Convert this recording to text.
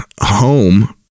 home